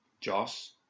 Joss